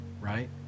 right